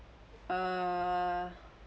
err